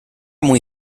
muy